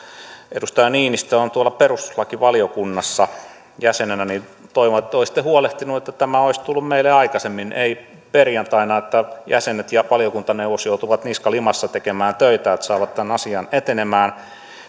edustaja niinistö on perustuslakivaliokunnassa jäsenenä niin toivon että te olisitte huolehtineet että tämä lausunto olisi tullut meille aikaisemmin ei perjantaina jolloin jäsenet ja valiokuntaneuvos joutuvat niska limassa tekemään töitä että saavat tämän asian etenemään